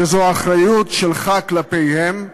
שזו אחריות שלך כלפיהם,